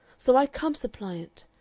so i come suppliant.